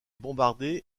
bombardé